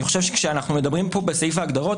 אני חושב שכאשר אנחנו מדברים פה בסעיף ההגדרות,